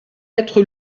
être